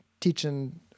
teaching